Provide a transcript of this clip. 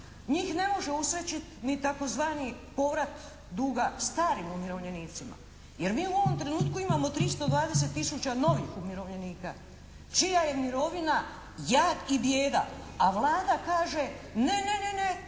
Njih ne može usrećiti ni takozvani povrat duga starim umirovljenicima jer mi u ovom trenutku imamo 320 tisuća novih umirovljenika čija je mirovina jad i bijeda, a Vlada kaže ne, ne smije